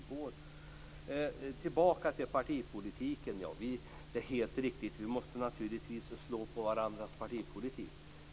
Så går vi tillbaka till partipolitiken. Det är helt riktigt: Vi måste naturligtvis slå på varandras partipolitik!